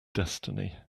destiny